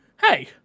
hey